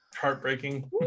heartbreaking